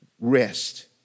rest